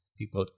people